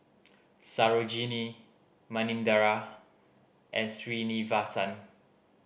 Sarojini Manindra and Srinivasa